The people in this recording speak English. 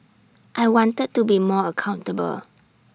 I wanted to be more accountable